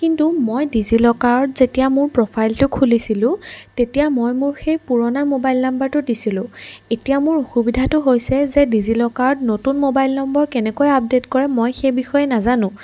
কিন্তু মই ডিজিলকাৰত যেতিয়া মোৰ প্ৰফাইলটো খুলিছিলোঁ তেতিয়া মই মোৰ সেই পুৰণা মোবাইল নাম্বাৰটো দিছিলোঁ এতিয়া মোৰ অসুবিধাটো হৈছে যে ডিজিলকাৰত নতুন মোবাইল নম্বৰ কেনেকৈ আপডেট কৰে মই সেই বিষয়ে নাজানো